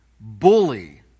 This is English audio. bully